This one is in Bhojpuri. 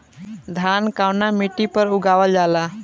धान कवना मिट्टी पर उगावल जाला?